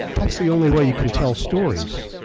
that's the only way you can tell stories,